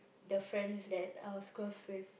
the friends that I was close with